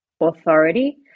Authority